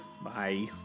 Bye